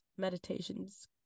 meditations